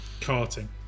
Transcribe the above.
carting